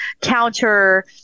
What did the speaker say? counter